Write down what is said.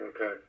Okay